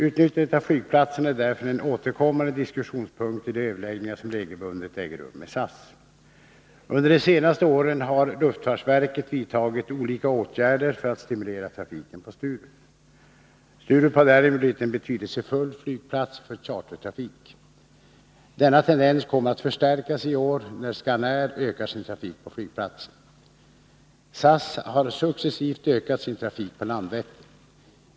Utnyttjandet av flygplatserna är därför en återkommande diskussionspunkt i de överläggningar som regelbundet äger rum med SAS. Under de senaste åren har luftfartsverket vidtagit olika åtgärder för att stimulera trafiken på Sturup. Sturup har därigenom blivit en betydelsefull flygplats för chartertrafik. Denna tendens kommer att förstärkas i år när Scanair ökar sin trafik på flygplatsen. SAS har successivt ökat sin trafik på Landvetter.